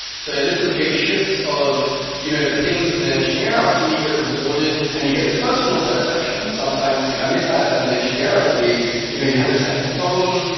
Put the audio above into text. so this is a big shift of you know the things is an engineer. often you get rewarded and you get this personal satisfaction. sometimes i miss that as an engineer of the you know you have this technical problem.